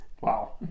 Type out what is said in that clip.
Wow